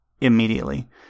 immediately